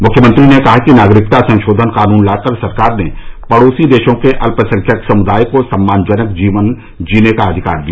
मुख्यमंत्री ने कहा कि नागरिकता संशोधन कानून लाकर सरकार ने पड़ोसी देशों के अल्पसंख्यक समुदाय को सम्मानजनक जीवन जीने का आधार दिया